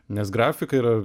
nes grafika yra